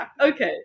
okay